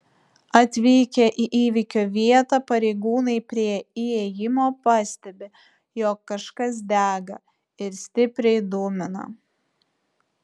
atvykę į įvykio vietą pareigūnai prie įėjimo pastebi jog kažkas dega ir stipriai dūmina